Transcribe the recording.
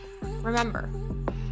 Remember